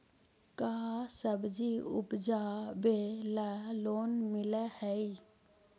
का सब्जी उपजाबेला लोन मिलै हई?